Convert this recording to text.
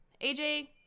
AJ